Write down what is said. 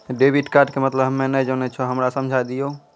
Debit card के मतलब हम्मे नैय जानै छौ हमरा समझाय दियौ?